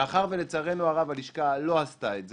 מאחר שלצערנו הרב הלשכה לא עשתה את זה,